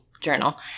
journal